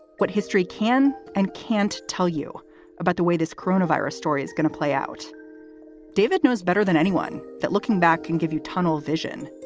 what history can and can't tell you about the way this coronavirus story is going to play out david knows better than anyone that looking back, can give you tunnel vision.